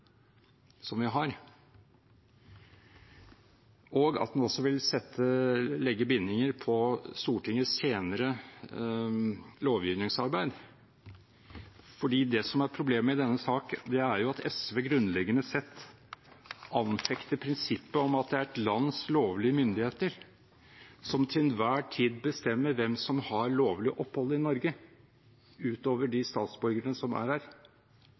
og at det vil legge bindinger på Stortingets senere lovgivningsarbeid. Det som er problemet i denne sak, er at SV grunnleggende sett anfekter prinsippet om at det er et lands lovlige myndigheter som til enhver tid bestemmer hvem som har lovlig opphold i Norge, utover de statsborgerne som er